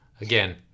Again